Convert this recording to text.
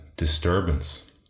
disturbance